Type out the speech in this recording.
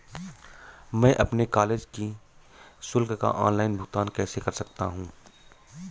मैं अपने कॉलेज की शुल्क का ऑनलाइन भुगतान कैसे कर सकता हूँ?